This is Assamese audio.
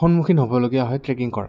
সন্মুখীন হ'লগীয়া হয় ট্ৰেকিং কৰাত